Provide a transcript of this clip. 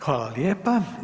Hvala lijepa.